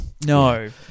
No